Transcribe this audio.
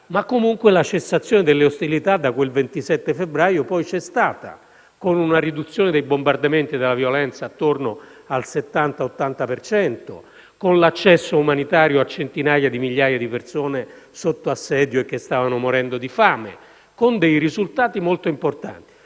c'è stata la cessazione delle ostilità da quel 27 febbraio, con una riduzione dei bombardamenti e della violenza attorno al 70-80 per cento; con l'accesso umanitario a centinaia di migliaia di persone sotto assedio e che stavano morendo di fame; con risultati molto importanti;